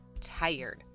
tired